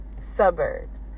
suburbs